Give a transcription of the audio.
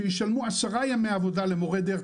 שישלמו עשרה ימי עבודה למורי דרך,